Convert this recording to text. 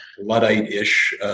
Luddite-ish